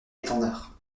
étendard